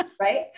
Right